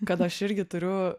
kad aš irgi turiu